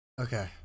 Okay